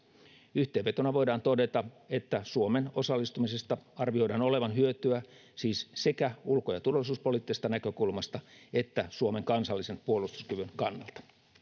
yhteenvetona voidaan todeta että suomen osallistumisesta arvioidaan olevan hyötyä siis sekä ulko ja turvallisuuspoliittisesta näkökulmasta että suomen kansallisen puolustuskyvyn kannalta